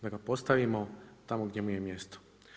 Da ga postavimo tamo gdje mu je mjesto.